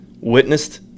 witnessed